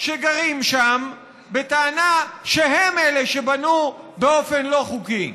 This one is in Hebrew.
שגרים שם בטענה שהם אלה שבנו באופן לא חוקי.